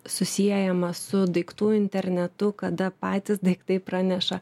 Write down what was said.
susiejama su daiktų internetu kada patys daiktai praneša